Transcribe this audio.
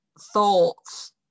thoughts